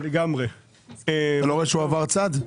אני שואל אתכם,